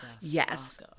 Yes